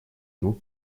двух